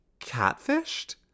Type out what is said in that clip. catfished